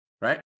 Right